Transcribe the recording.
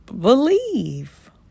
believe